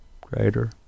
greater